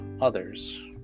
others